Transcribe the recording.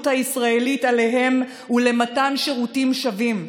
הישראלית עליהם ולמתן שירותים שווים,